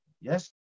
Yes